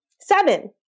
Seven